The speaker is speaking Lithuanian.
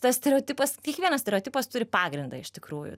tas stereotipas kiekvienas stereotipas turi pagrindą iš tikrųjų